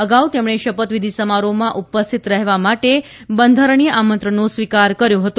અગાઉ તેમણે શપથવિધી સમારોહમાં ઉપસ્થિત રહેવા માટે બંધારણીય આમંત્રણનો સ્વીકાર કર્યો હતો